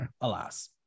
alas